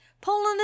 Poland